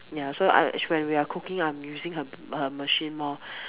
ya so I when we're cooking I'm using her her machine more